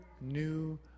new